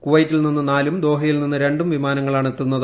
കുവൈത്തിൽ നിന്നും നാലും ദ്ദേ്ഹയിൽ നിന്ന് രണ്ടും വിമാനങ്ങളാണ് എത്തുന്നത്